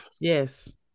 Yes